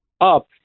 up